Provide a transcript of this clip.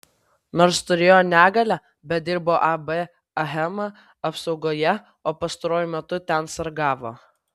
nors turėjo negalią bet dirbo ab achema apsaugoje o pastaruoju metu ten sargavo